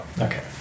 Okay